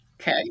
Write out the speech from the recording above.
Okay